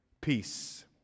peace